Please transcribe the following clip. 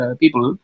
people